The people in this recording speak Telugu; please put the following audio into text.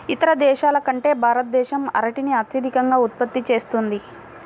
ఇతర దేశాల కంటే భారతదేశం అరటిని అత్యధికంగా ఉత్పత్తి చేస్తుంది